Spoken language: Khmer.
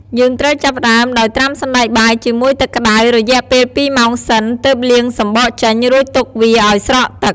យើងត្រូវចាប់ផ្ដើម ដោយត្រាំសណ្តែកបាយជាមួយទឹកក្តៅ រយៈពេល២ម៉ោងសិន ទើបលាងសំបកចេញ រួចទុកវាឱ្យស្រក់ទឹក។